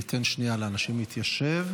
אני אתן שנייה לאנשים להתיישב.